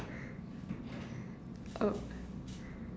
oh